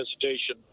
hesitation